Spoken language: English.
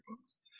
books